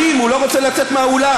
הוא אלים, הוא לא רוצה לצאת מהאולם.